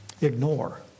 ignore